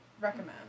Recommend